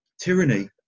Tyranny